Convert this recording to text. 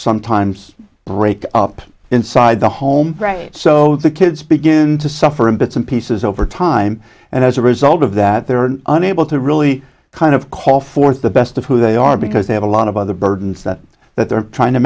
sometimes break up inside the home so the kids begin to suffer in bits and pieces over time and as a result of that they were unable to really kind of call forth the best of who they are because they have a lot of other burdens that that they're trying to